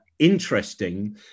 interesting